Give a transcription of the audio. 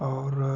और